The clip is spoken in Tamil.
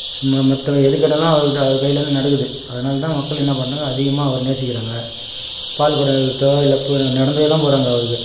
சும்மா மத்தவை எது கேட்டாலும் அவருக்கிட்ட அவர் கையிலேருந்து நடக்குது அதனால் தான் மக்கள் என்ன பண்ணுறாங்க அதிகமாக அவரை நேசிக்கிறாங்க பால்குடம் எடுக்கிறதோ இல்லை பு நடந்தெல்லாம் போகிறாங்க அவருக்கு